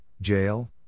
jail